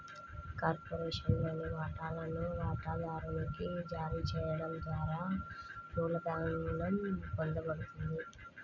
కార్పొరేషన్లోని వాటాలను వాటాదారునికి జారీ చేయడం ద్వారా మూలధనం పొందబడుతుంది